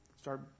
start